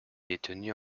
détenue